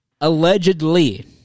allegedly